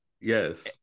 Yes